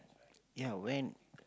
ya when